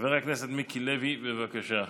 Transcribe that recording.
חבר הכנסת מיקי לוי, בבקשה.